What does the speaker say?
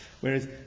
Whereas